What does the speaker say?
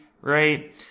right